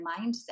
mindset